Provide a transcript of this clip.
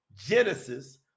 genesis